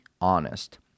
honest